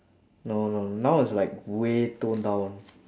no no now is like way tone down